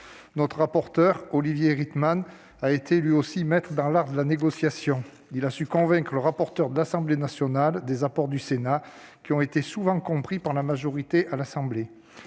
Notre rapporteur, Olivier Rietmann, a été lui aussi maître dans l'art de la négociation. Il a su convaincre le rapporteur de l'Assemblée nationale des apports du Sénat, qui ont souvent été compris par la majorité au